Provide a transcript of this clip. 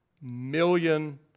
million